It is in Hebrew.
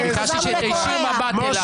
אני ביקשתי שהיא תישיר מבט אליי.